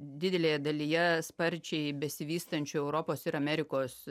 didelėje dalyje sparčiai besivystančių europos ir amerikos